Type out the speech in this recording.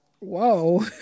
whoa